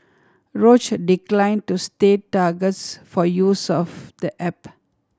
Roche declined to state targets for use of the app